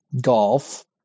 golf